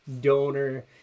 donor